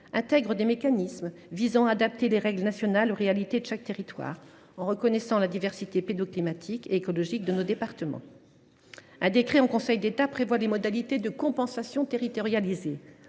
comprend des mécanismes visant à adapter les règles nationales aux réalités de chaque territoire, en reconnaissant la diversité pédoclimatique et écologique de nos départements. Un décret en Conseil d’État détaille des modalités de compensation territorialisées